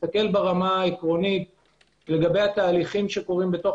להסתכל ברמה העקרונית לגבי התהליכים שקורים בתוך